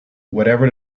whatever